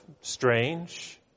strange